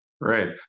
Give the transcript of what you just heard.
right